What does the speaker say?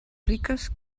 riques